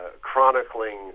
chronicling